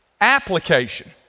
application